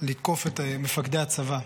של לתקוף את מפקדי הצבא.